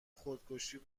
خودکشی